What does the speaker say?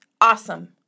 Awesome